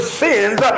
sins